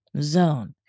Zone